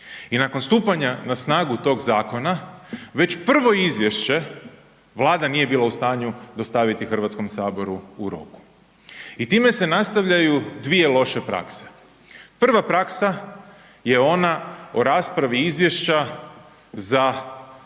I nakon stupanja na snagu tog zakona, već prvo izvješće Vlada nije bila u stanju dostaviti Hrvatskom saboru u roku. I time se nastavljaju dvije loše prakse. Prva praksa je ona o raspravi izvješća za nakon